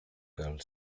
girl